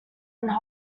one